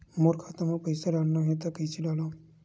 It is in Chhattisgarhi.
मोर खाता म पईसा डालना हे त कइसे डालव?